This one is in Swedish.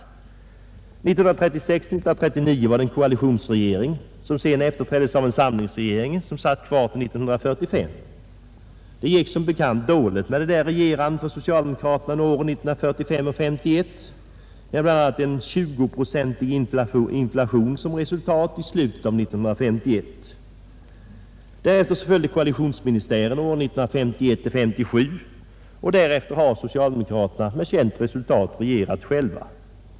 Åren 1936—1939 hade vi en koalitionsregering, som sedan efterträddes av en samlingsregering som satt kvar till 1945. Det gick som bekant dåligt med regerandet för socialdemokraterna under åren 1945—1951 med bl.a. en 20-procentig inflation under slutet av 1951. Därefter följde koalitionsministären åren 1951—1957, och sedan dess har socialdemokraterna med känt resultat regerat själva.